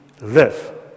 live